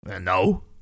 No